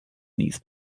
these